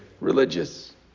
religious